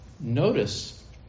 notice